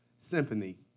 Symphony